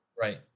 Right